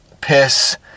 piss